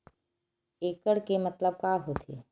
एकड़ के मतलब का होथे?